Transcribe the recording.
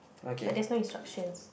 but there's no instructions